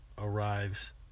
arrives